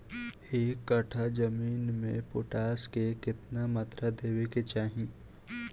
एक कट्ठा जमीन में पोटास के केतना मात्रा देवे के चाही?